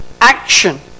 action